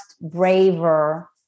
braver